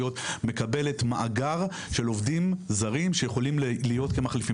מקבלת מאגר של עובדים זרים שיכולים להיות מחליפים.